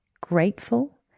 grateful